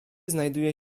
znajduje